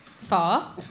far